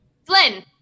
Flynn